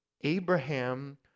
Abraham